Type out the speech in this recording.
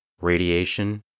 Radiation